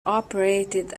operated